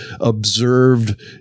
observed